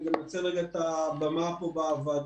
אני גם מנצל את הבמה פה בוועדה.